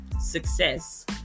success